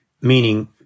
Meaning